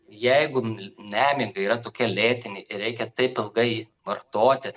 jeigu nemiga yra tokia lėtinė ir reikia taip ilgai vartoti